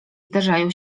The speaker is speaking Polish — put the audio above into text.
zdarzają